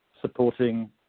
supporting